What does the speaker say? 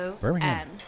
Birmingham